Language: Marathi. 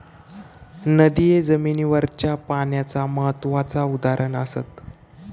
नदिये जमिनीवरच्या पाण्याचा महत्त्वाचा उदाहरण असत